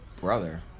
Brother